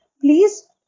Please